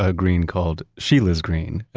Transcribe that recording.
ah green called scheele's green.